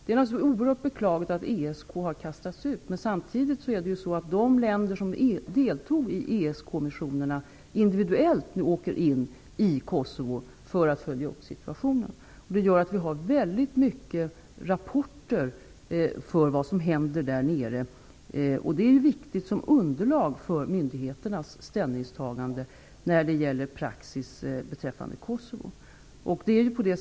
Det är oerhört beklagligt att ESK har kastats ut. Men de länder som deltog i ESK-kommissionerna åker nu individuellt in i Kosovo för att följa upp situationen. Det gör att vi får väldigt många rapporter om vad som händer där nere. De är viktiga som underlag för myndigheternas ställningstagande när det gäller praxis beträffande Kosovo.